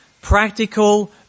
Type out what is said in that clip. practical